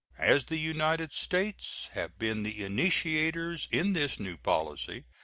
as the united states have been the initiators in this new policy,